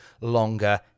longer